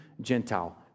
Gentile